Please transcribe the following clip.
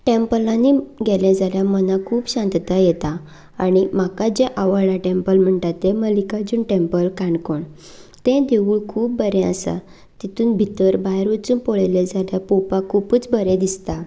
टेंपलानीं गेलें जाल्यार मनाक खूब शांतताय येता आनी म्हाका जें आवडलां टेंपल म्हणटा तें मल्लिकार्जुन टेंपल काणकोण तें देवूळ खूब बरें आसा तातूंत भितर भायर वचून पळयलें जाल्यार पळोवपाक खूबच बरें दिसता